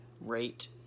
rate